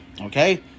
Okay